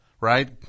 Right